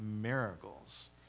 miracles